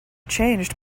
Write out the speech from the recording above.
changed